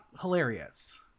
hilarious